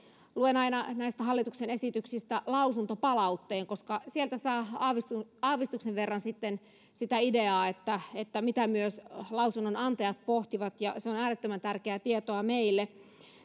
luen aina näistä hallituksen esityksistä lausuntopalautteen koska sieltä saa aavistuksen aavistuksen verran sitten ideaa siitä mitä myös lausunnonantajat pohtivat ja se on äärettömän tärkeää tietoa meille